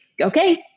okay